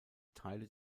teile